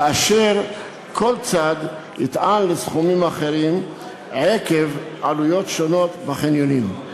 כאשר כל צד יטען לסכומים אחרים עקב עלויות שונות בחניונים.